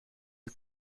een